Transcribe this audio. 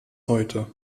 heute